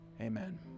Amen